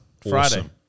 Friday